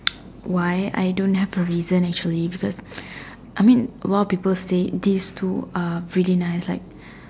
why I don't have a reason actually because I mean while people say this two are really nice like